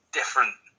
different